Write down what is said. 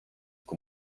kui